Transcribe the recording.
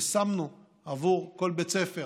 ושמנו עבור כל בית ספר